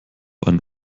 einen